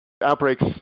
Outbreaks